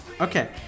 Okay